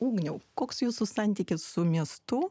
ugniau koks jūsų santykis su miestu